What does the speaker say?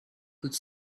could